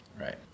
Right